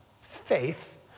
faith